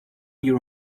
your